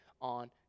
on